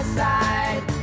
side